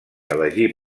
elegir